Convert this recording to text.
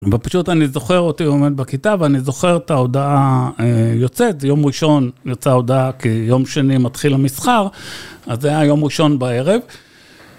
ופשוט אני זוכר אותי עומד בכיתה ואני זוכר את ההודעה יוצאת, יום ראשון יצאה הודעה כי יום שני מתחיל המסחר, אז זה היה יום ראשון בערב.